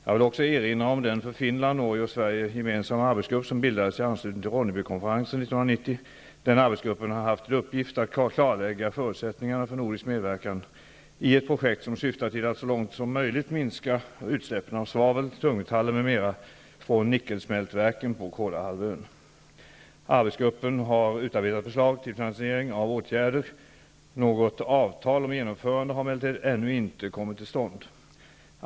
Jag vill också erinra om den för Finland, Norge och Sverige gemensamma arbetsgrupp som bildades i anslutning till Ronnebykonferensen 1990. Den arbetsgruppen har haft till uppgift att klarlägga förutsättningarna för nordisk medverkan i ett projekt som syftar till att så långt som möjligt minska utsläppen av svavel, tungmetaller m.m. Arbetsgruppen har utarbetat förslag till finansiering av åtgärder. Något avtal om genomförande har emellertid ännu inte kommit till stånd.